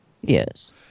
Yes